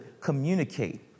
communicate